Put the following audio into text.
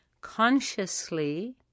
consciously